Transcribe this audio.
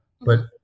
but-